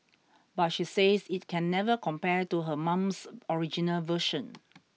but she says it can never compare to her mom's original version